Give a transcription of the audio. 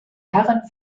herren